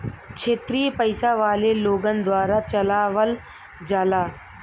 क्षेत्रिय पइसा वाले लोगन द्वारा चलावल जाला